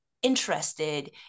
interested